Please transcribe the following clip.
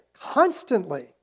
constantly